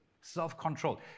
self-controlled